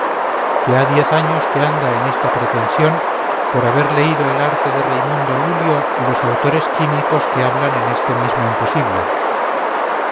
que ha diez años que anda en esta pretensión por haber leído el arte de reimundo lulio y los autores químicos que hablan en este mismo imposible